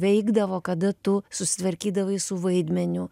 veikdavo kada tu susitvarkydavai su vaidmeniu